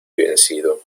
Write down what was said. vencido